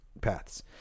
paths